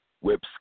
whips